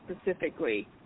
specifically